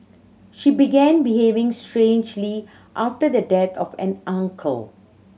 she began behaving strangely after the death of an uncle